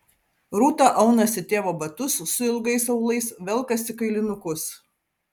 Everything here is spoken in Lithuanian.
rūta aunasi tėvo batus su ilgais aulais velkasi kailinukus